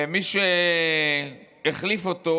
מי שהחליף אותו